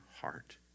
heart